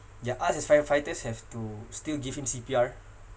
ya us as firefighters have to still give him C_P_R